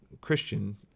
Christian